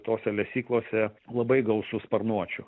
tose lesyklose labai gausu sparnuočių